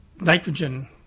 nitrogen